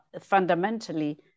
fundamentally